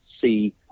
see